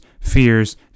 fears